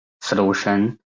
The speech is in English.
solution